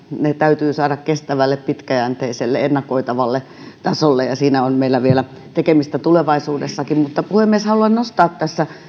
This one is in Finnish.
täytyy saada kestävälle pitkäjänteiselle ennakoitavalle tasolle ja siinä on meillä vielä tekemistä tulevaisuudessakin mutta puhemies haluan nostaa tässä